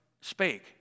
spake